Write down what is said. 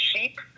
sheep